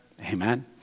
Amen